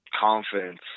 confidence